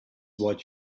what